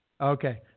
Okay